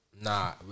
Nah